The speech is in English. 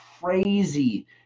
crazy